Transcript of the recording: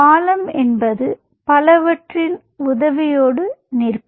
பாலம் என்பது பவற்றின் உதவியோடு நிற்கும்